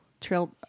trail